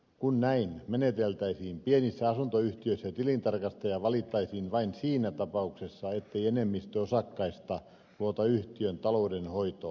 kun näin meneteltäisiin pienissä asuntoyhtiöissä tilintarkastaja valittaisiin vain siinä tapauksessa ettei enemmistö osakkaista luota yhtiön taloudenhoitoon